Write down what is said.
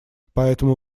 поэтому